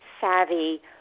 savvy